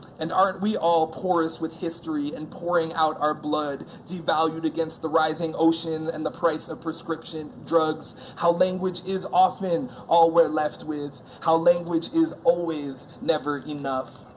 and aren't we all porous with history and pouring out our blood, devalued against the rising ocean and the price of prescription drugs, how language is often all we're left with, how language is always never enough.